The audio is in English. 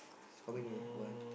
how many one